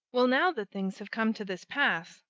well, now that things have come to this pass,